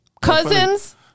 Cousins